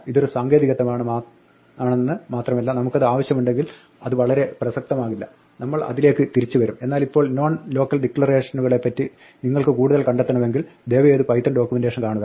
ഇതൊരു സാങ്കേതികത്വമാണ് മാത്രമല്ല നമുക്കത് ആവശ്യമുണ്ടെങ്കിൽ അത് വളരെ പ്രസക്തമാകില്ല നമ്മൾ അതിലേക്ക് തിരിച്ചുവരും എന്നാലിപ്പോൾ non local ഡിക്ലറേഷനുകളെപ്പറ്റി നിങ്ങൾക്ക് കൂടുതൽ കണ്ടെത്തണമെങ്കിൽ ദയവ് ചെയ്ത് പൈത്തൺ ഡോക്യുമെന്റേഷൻ കാണുക